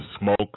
smoke